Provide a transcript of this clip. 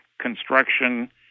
construction